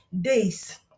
days